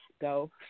go